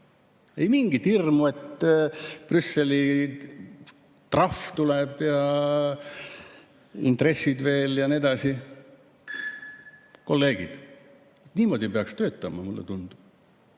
Ei mingit hirmu, et Brüsseli trahv tuleb, intressid veel otsa ja nii edasi. Kolleegid, niimoodi peaks töötama, mulle tundub.